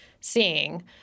seeing